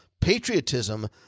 patriotism